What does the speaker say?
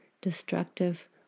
destructive